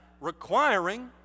requiring